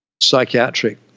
psychiatric